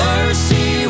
Mercy